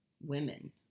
women